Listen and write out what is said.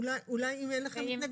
אולי אם אין לכם התנגדות,